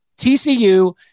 TCU